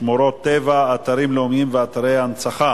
שמורות טבע, אתרים לאומיים ואתרי הנצחה